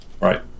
Right